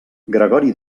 gregori